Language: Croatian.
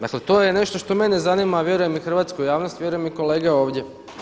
Dakle, to je nešto što mene zanima, a vjerujem i hrvatsku javnost, vjerujem i kolege ovdje.